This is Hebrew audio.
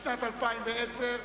לשנת 2010,